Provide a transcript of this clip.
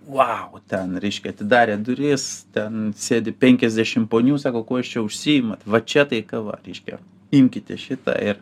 vau ten reiškia atidarė duris ten sėdi penkiasdešim ponių sako kuo jūs čia užsiimat va čia tai kava reiškia imkite šitą ir